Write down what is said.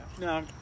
No